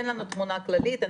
תן לנו תמונה כללית.